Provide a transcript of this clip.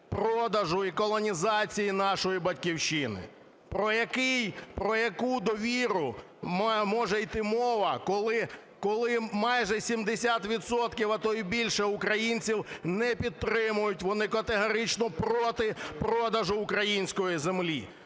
продажу і колонізації нашої Батьківщини. Про яку довіру може іти мова, коли майже 70 відсотків, а то і більше, українців не підтримують, вони категорично проти продажу української землі.